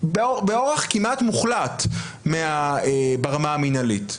באורח כמעט מוחלט ברמה המנהלית.